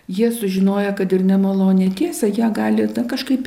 jie sužinoję kad ir nemalonią tiesą ją gali kažkaip